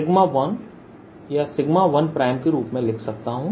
sigma 1 या sigma 1 prime के रूप में लिख सकता हूं